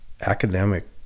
academic